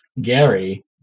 Gary